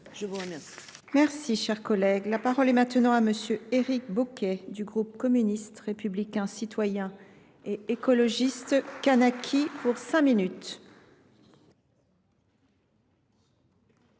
Je vous remercie